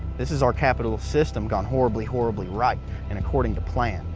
this is our capitalist system gone horribly horribly right and according to plan.